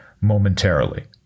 momentarily